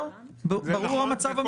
ברור המצב המשפטי?